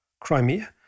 Crimea